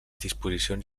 disposicions